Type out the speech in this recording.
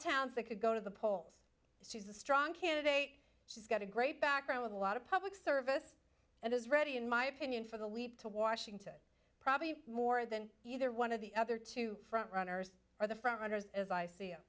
towns that could go to the polls she's a strong candidate she's got a great background with a lot of public service and is ready in my opinion for the leap to washington probably more than either one of the other two front runners or the front runners as i see